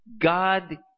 God